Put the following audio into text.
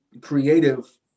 creative